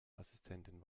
assistentin